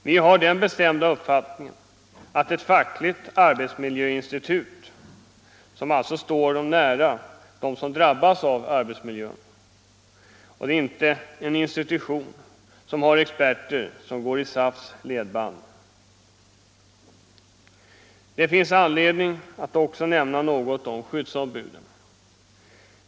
Vi har den bestämda uppfattningen att ett fackligt arbetsmiljöinstitut skall stå dem som drabbas av arbetsmiljön nära, och inte vara en institution med experter som går i SAF:s ledband. Det finns anledning att också nämna något om skyddsombuden.